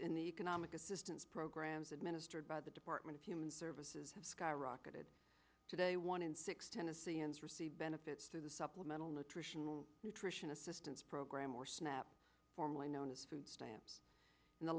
the economic assistance programs administered by the department of human services have skyrocketed today one in six tennesseans receive benefits to the supplemental nutritional nutrition assistance program or snap formally known as stamps in the